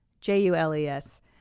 J-U-L-E-S